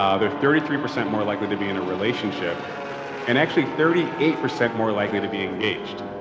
um they're thirty three percent more likely to be in a relationship and actually thirty eight percent more likely to be engaged.